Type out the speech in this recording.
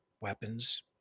weapons